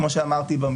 כמו שאמרתי,